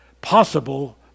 possible